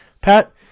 Pat